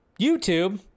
YouTube